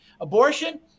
Abortion